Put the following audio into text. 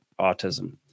autism